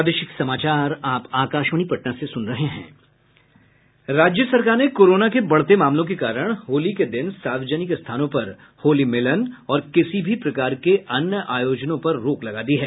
राज्य सरकार ने कोरोना के बढ़ते मामलों के कारण होली के दिन सार्वजनिक स्थानों पर होली मिलन और किसी भी प्रकार के अन्य आयोजनों पर रोक लगा दी है